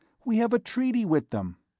we have a treaty with them!